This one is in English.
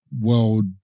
world